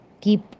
keep